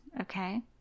okay